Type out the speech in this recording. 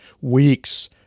weeks